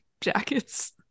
jackets